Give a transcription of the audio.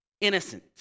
innocent